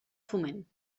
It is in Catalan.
foment